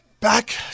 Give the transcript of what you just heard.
back